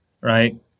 right